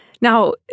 Now